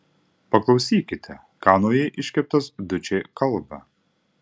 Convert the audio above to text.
paklausykite ką naujai iškeptas dučė kalba